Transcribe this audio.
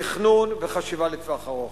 תכנון וחשיבה לטווח ארוך.